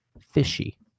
fishy